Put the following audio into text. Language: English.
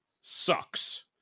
sucks